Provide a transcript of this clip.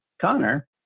Connor